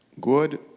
good